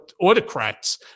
autocrats